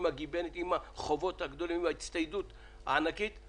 עם הגיבנת ועם החובות הגדולים וההצטיידות הענקית,